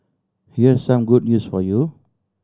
here's some good news for you